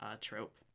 trope